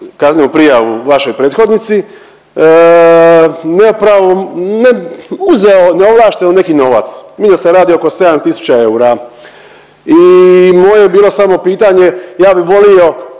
kaznenu prijavu vašoj prethodnici uzeo neovlašteno neki novac, mislim da se radi oko sedam tisuća eura. I moje je bilo samo pitanje ja bi volio